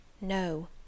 No